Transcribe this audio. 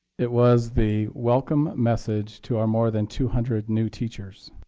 it was the welcome message to our more than two hundred new teachers.